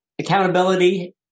Accountability